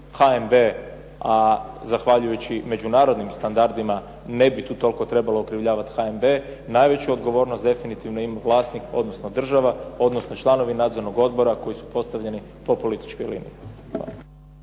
HNB, a zahvaljujući međunarodnim standardima ne bi tu toliko trebalo okrivljavati HNB. Najveću odgovornost definitivno ima vlasnik, odnosno država, odnosno članovi nadzornog odbora koji su postavljeni po političkoj liniji.